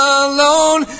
alone